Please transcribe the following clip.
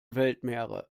weltmeere